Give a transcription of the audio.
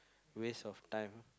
waste of time